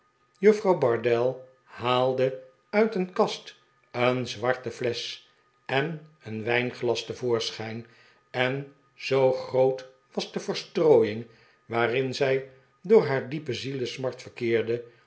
juffrouw bardell haalde uit een kast een zwarte flesch en een wijnglas te voorschijn en zoo groot was de verstrooiing waarin zij door haar diepe zielesmart verkeerde